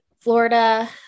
Florida